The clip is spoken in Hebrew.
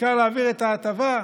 ואפשר להעביר את ההטבה,